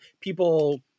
people